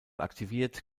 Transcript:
aktiviert